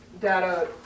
data